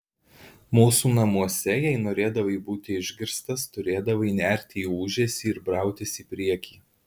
mūsų namuose jei norėdavai būti išgirstas turėdavai nerti į ūžesį ir brautis į priekį